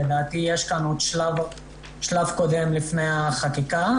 לדעתי יש פה עוד שלב קודם לפני החקיקה.